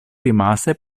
rimase